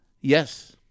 yes